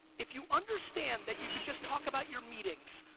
if you understand that you could just talk about your meetings,